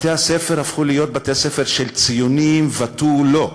בתי-הספר הפכו להיות בתי-ספר של ציונים ותו לא.